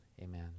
amen